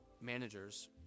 managers